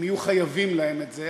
הם יהיו חייבים להם את זה.